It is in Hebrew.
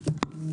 10:15.